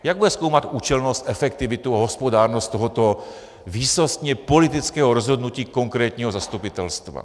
Jak bude zkoumat účelnost, efektivitu a hospodárnost tohoto výsostně politického rozhodnutí konkrétního zastupitelstva?